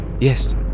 yes